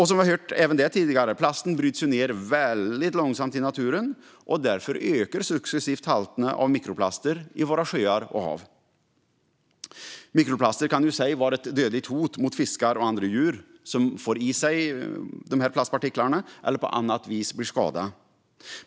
Som vi även det har hört tidigare bryts plast ned väldigt långsamt i naturen. Därför ökar successivt halterna av mikroplaster i våra sjöar och hav. Mikroplaster kan i sig vara ett dödligt hot mot fiskar och andra djur som får i sig plastpartiklarna eller på annat vis blir skadade.